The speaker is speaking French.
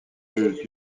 juge